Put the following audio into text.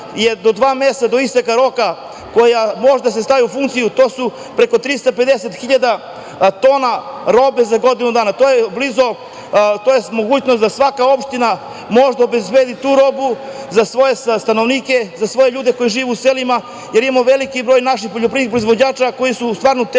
je dva meseca do isteka roka, koja može da se stavi u funkciju, to su preko 350 hiljada tona robe za godinu dana, to je mogućnost da svaka opština može da obezbedi tu robu za svoje stanovnike, za svoje ljude koji žive u selima, jer imamo veliki broj naših poljoprivrednih proizvođača, koji su stvarno u teškoj